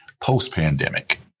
post-pandemic